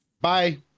Bye